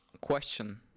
Question